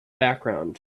background